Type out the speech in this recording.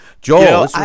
Joel